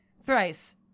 thrice